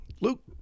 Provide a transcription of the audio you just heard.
Luke